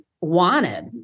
wanted